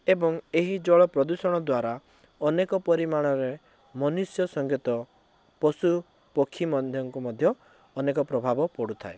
ଏବଂ ଏହି ଜଳ ପ୍ରଦୂଷଣ ଦ୍ୱାରା ଅନେକ ପରିମାଣରେ ମନୁଷ୍ୟ ସଂଗେତ ପଶୁ ପକ୍ଷୀମାନଙ୍କୁ ମଧ୍ୟ ଅନେକ ପ୍ରଭାବ ପଡ଼ୁଥାଏ